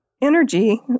energy